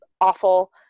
awful